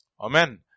Amen